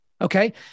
okay